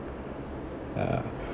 ya